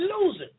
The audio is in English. losing